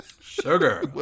Sugar